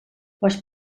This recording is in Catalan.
les